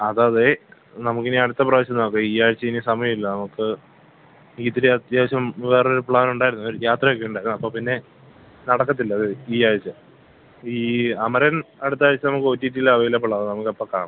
അതെയതെ നമുക്കിനി അടുത്ത പ്രാവശ്യം നോക്കാം ഈയാഴ്ച ഇനി സമയം ഇല്ല നമുക്ക് ഇത്തിരി അത്യാവശ്യം വേറൊരു പ്ലാനുണ്ടായിരുന്നു ഒരു യാത്രയൊക്കെയുണ്ടായിരുന്നു അപ്പോൾ പിന്നെ നടക്കത്തില്ലത് ഈയാഴ്ച ഈ അമരൻ അടുത്താഴ്ച നമുക്ക് ഒ ടി ടിയിലവൈലബിളാകും നമുക്കപ്പോൾ കാണാം